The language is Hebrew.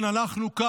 כן, אנחנו כאן